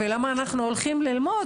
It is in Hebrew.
למה אנחנו הולכים ללמוד,